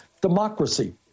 democracy